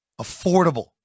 affordable